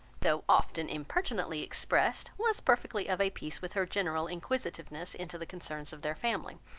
though often impertinently expressed, was perfectly of a piece with her general inquisitiveness into the concerns of their family.